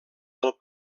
del